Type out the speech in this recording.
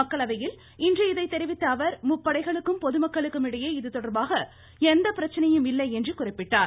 மக்களவையில் இன்று இதை தெரிவித்த அவர் முப்படைகளுக்கும் பொதுமக்களுக்கும் இடையே இது தொடர்பாக எந்த பிரச்சினையும் இல்லை என்று அவர் குறிப்பிட்டார்